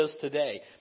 today